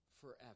forever